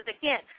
again